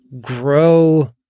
grow